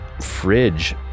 fridge